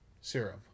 serum